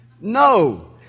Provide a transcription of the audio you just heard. No